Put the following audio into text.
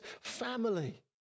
family